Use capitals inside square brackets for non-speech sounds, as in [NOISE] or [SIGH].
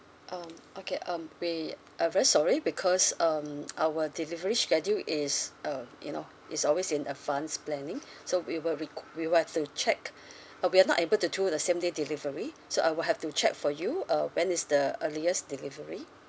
um okay um we are very sorry because um our delivery schedule is um you know it's always in advance planning so we will requ~ we were to check [BREATH] uh we are not able to do the same day delivery so I will have to check for you uh when is the earliest delivery